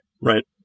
right